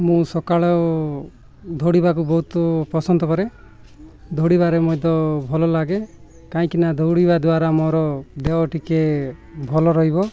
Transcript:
ମୁଁ ସକାଳ ଦୌଡ଼ିବାକୁ ବହୁତ ପସନ୍ଦ କରେ ଦୌଡ଼ିବାରେ ମୁଇଁ ତ ଭଲ ଲାଗେ କାହିଁକିନା ଦୌଡ଼ିବା ଦ୍ୱାରା ମୋର ଦେହ ଟିକେ ଭଲ ରହିବ